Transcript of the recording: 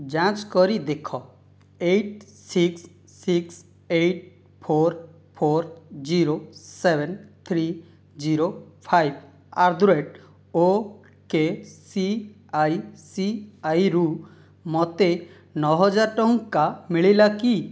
ଯାଞ୍ଚ କରି ଦେଖ eight six six eight four four zero seven three zero five eight the rate okay ସିଆଇସିଆଇରୁ ମୋତେ ନଅ ହଜାର ଟଙ୍କା ମିଳିଲା କି